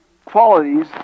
qualities